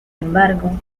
embargo